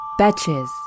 Betches